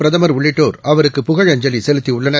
பிரதமர் உள்ளிட்டோர் அவருக்கு புகழஞ்சலி செலுத்தியுள்ளனர்